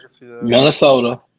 Minnesota